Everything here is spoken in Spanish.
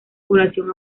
población